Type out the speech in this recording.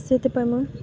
ସେଥିପାଇଁ ମୁଁ